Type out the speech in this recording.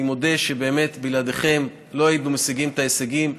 אני מודה שבאמת בלעדיכם לא היינו משיגים את ההישגים.